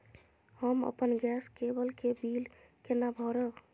हम अपन गैस केवल के बिल केना भरब?